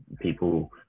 people